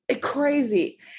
crazy